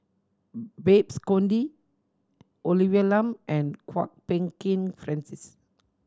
Babes Conde Olivia Lum and Kwok Peng Kin Francis